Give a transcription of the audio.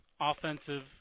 offensive